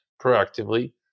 proactively